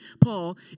Paul